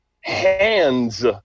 hands